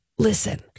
Listen